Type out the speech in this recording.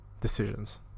decisions